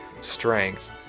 strength